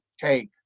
take